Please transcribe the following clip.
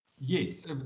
Yes